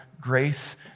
grace